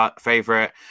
favorite